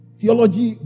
theology